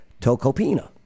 Tokopina